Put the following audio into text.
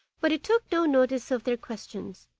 but he took no notice of their questions,